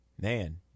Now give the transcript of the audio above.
man